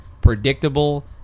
predictable